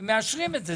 מאשרים את זה.